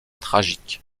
tragique